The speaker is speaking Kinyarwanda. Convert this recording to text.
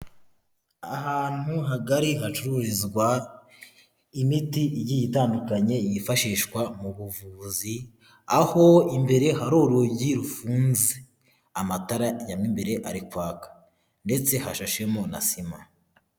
Ahantu hagari hacururizwa imiti igiye itandukanye yifashishwa mu buvuzi, aho imbere hari urugi rufunze amatara yo mo imbere ari kwaka ndetse hashashemo na sima.